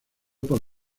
por